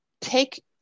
take